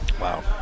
wow